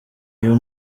uyu